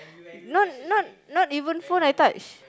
not not not even phone I touch